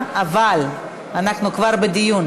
הרעש.